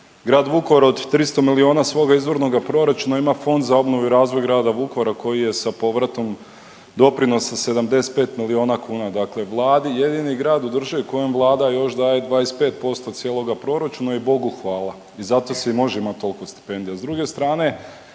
Grad Vukovar od 300 milijuna svoga izvornog proračuna ima Fond za obnovu i razvoj grada Vukovara koji je sa povratom doprinosa 75 milijuna kuna, dakle vladi, jedini grad u državi kojem vlada još daje 25% cijeloga proračuna i Bogu hvala i zato si i možemo tolko stipendija.